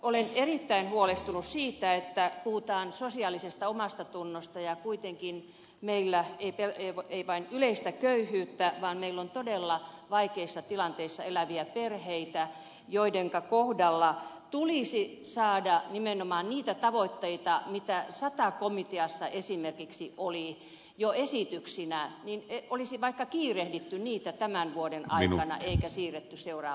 olen erittäin huolestunut siitä että puhutaan sosiaalisesta omastatunnosta ja kuitenkin meillä on ei vain yleistä köyhyyttä vaan myös todella vaikeissa tilanteissa eläviä perheitä joidenka kohdalla tulisi saada nimenomaan niitä tavoitteita mitä sata komiteassa esimerkiksi oli jo esityksinä olisi vaikka kiirehditty niitä tämän vuoden aikana eikä siirretty seuraavalle kaudelle